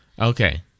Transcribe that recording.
Okay